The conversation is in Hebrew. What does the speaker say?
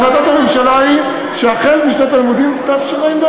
עד 2011. החלטת הממשלה היא: החל משנת הלימודים תשע"ד.